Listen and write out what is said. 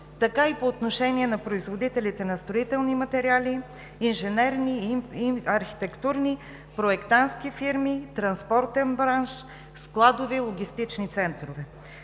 така и по отношение на производителите на строителни материали, инженерни и архитектурни, проектантски фирми, транспортен бранш, складове, логистични центрове.